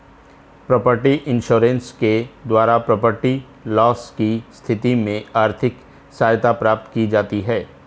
property insurance के द्वारा property loss की स्थिति में आर्थिक सहायता प्राप्त की जाती है